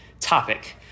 topic